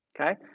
Okay